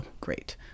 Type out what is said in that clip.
Great